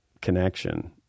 connection